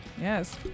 Yes